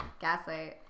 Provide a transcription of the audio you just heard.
Gaslight